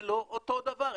זה לא אותו דבר.